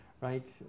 Right